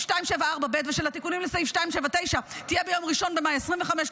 274ב ושל התיקונים לסעיף 279 תהיה ביום 1 במאי 2025,